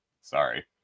Sorry